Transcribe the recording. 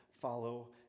follow